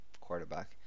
quarterback